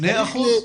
שני אחוזים?